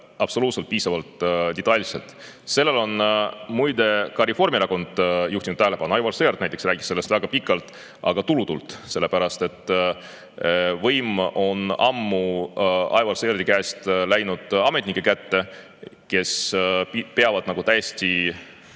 absoluutselt piisavalt detailsed. Sellele on muide ka Reformierakond juhtinud tähelepanu. Aivar Sõerd näiteks rääkis sellest väga pikalt, aga tulutult, sellepärast et võim on ammu Aivar Sõerdi käest läinud ametnike kätte, kes peavad täiesti